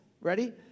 Ready